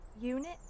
UNIT